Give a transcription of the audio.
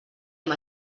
amb